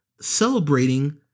celebrating